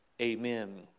Amen